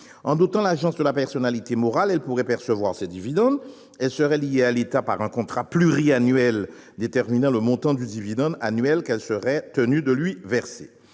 était dotée de la personnalité morale, elle pourrait percevoir ces dividendes. Elle serait liée à l'État par un contrat pluriannuel déterminant le montant du dividende annuel qu'elle serait tenue de lui verser.